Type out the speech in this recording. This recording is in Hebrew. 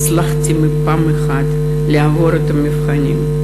הצלחתי בפעם אחת לעבור את המבחנים.